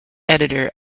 editor